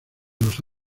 los